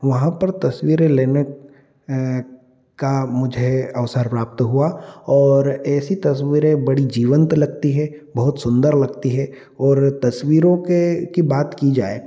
वहाँ पर तस्वीरें लेने का मुझे अवसर प्राप्त हुआ और ऐसी तस्वीरें बड़ी जीवंत लगती हैं बहुत सुंदर लगती हैं और तस्वीरों के की बात की जाए